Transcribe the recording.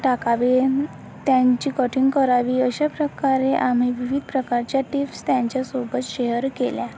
टाकावे त्यांची कटिंग करावी अशा प्रकारे आम्ही विविद प्रकारच्या टिप्स त्यांच्यासोबत शेयर केल्या